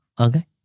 Okay